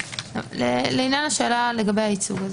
לעניין השאלה לגבי הייצוג,